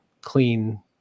clean